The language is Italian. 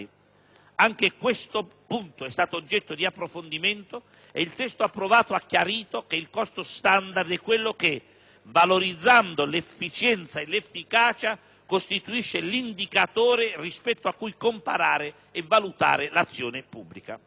Anche questo punto è stato oggetto di approfondimento e il testo approvato ha chiarito che il costo standard è quello che, valorizzando l'efficienza e l'efficacia, costituisce l'indicatore rispetto a cui comparare e valutare l'azione pubblica.